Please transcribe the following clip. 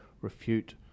refute